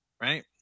right